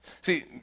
See